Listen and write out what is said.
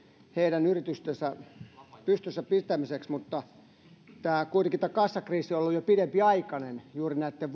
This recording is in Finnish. heidän yritystensä pystyssä pitämiseen mutta kuitenkin tämä kassakriisi on ollut jo pidempiaikainen juuri näitten